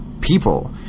people